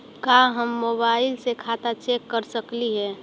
का हम मोबाईल से खाता चेक कर सकली हे?